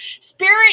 Spirit